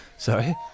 Sorry